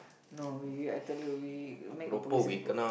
no we I tell you we make a police report